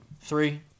Three